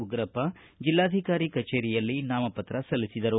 ಉಗ್ರಪ್ಪ ಜೆಲ್ಲಾಧಿಕಾರಿ ಕಚೇರಿಯಲ್ಲಿ ನಾಮಪತ್ರ ಸಲ್ಲಿಸಿದರು